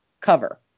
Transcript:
cover